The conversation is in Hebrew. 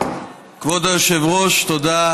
כבוד היושב-ראש, תודה.